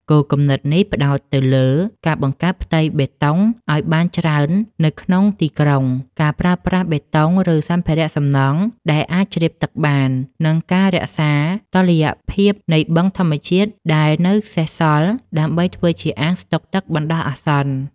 គោលគំនិតនេះផ្តោតទៅលើការបង្កើតផ្ទៃបៃតងឱ្យបានច្រើននៅក្នុងទីក្រុង ការប្រើប្រាស់បេតុងឬសម្ភារៈសំណង់ដែលអាចជ្រាបទឹកបាន និងការរក្សាតុល្យភាពនៃបឹងធម្មជាតិដែលនៅសេសសល់ដើម្បីធ្វើជាអាងស្តុកទឹកបណ្ដោះអាសន្ន។